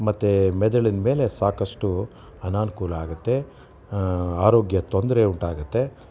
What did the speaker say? ಮತ್ತು ಮೆದುಳಿನ ಮೇಲೆ ಸಾಕಷ್ಟು ಅನನುಕೂಲ ಆಗತ್ತೆ ಆರೋಗ್ಯಕ್ಕೆ ತೊಂದರೆ ಉಂಟಾಗತ್ತೆ